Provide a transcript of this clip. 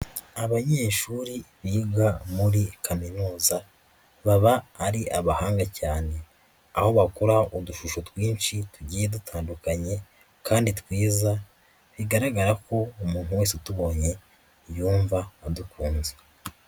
Abanyeshuri biga muri kaminuza baba ari abahanga cyane, aho bakora udushusho twinshi tugiye dutandukanye kandi twiza, bigaragara ko umuntu wese utubonye, yumva adukunze.